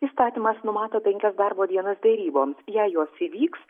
įstatymas numato penkias darbo dienas deryboms jei jos įvyks